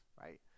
right